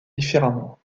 différemment